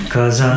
Cause